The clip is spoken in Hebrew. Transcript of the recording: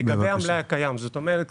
לגבי המלאי הקיים זאת אומרת,